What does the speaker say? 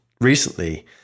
recently